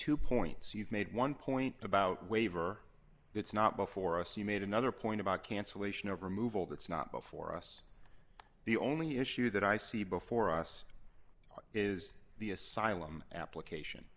two points you've made one point about waiver it's not before us he made another point about cancellation of removal that's not before us the only issue that i see before us is the asylum application